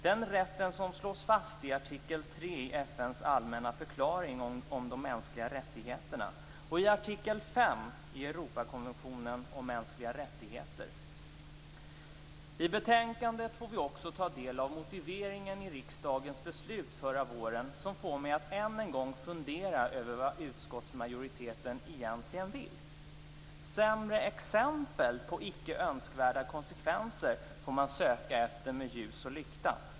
Den rätten slås fast i artikel 3 i I betänkandet får vi också ta del av motiveringen för riksdagens beslut förra våren, något som får mig att än en gång fundera över vad utskottsmajoriteten egentligen vill. Sämre exempel på icke önskvärda konsekvenser får man söka efter med ljus och lykta.